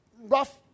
rough